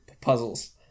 puzzles